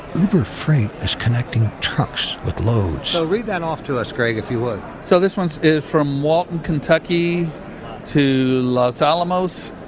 uber freight is connecting trucks with loads so read that off to us, greg, if you would. so this one's from walton, kentucky to los alamos,